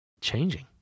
changing